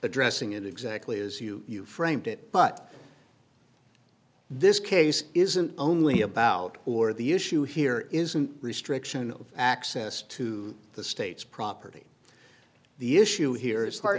addressing it exactly as you you framed it but this case isn't only about or the issue here isn't restriction of access to the states property the issue here is